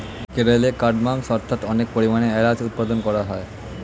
কেরলে কার্ডমমস্ অর্থাৎ অনেক পরিমাণে এলাচ উৎপাদন করা হয়